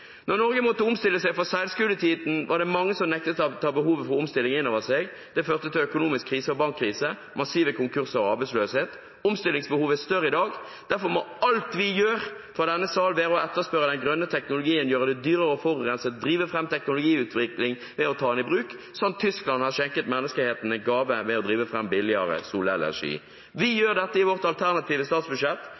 Norge måtte omstille seg fra seilskutetiden, var det mange som nektet å ta behovet for omstilling inn over seg. Det førte til økonomisk krise og bankkrise, massive konkurser og arbeidsløshet. Omstillingsbehovet er større i dag. Derfor må alt vi gjør fra denne sal, være å etterspørre den grønne teknologien, gjøre det dyrere å forurense, drive fram teknologiutvikling ved å ta den i bruk, slik Tyskland har skjenket menneskeheten en gave ved å drive fram billigere solenergi. Vi i SV gjør dette i vårt alternative statsbudsjett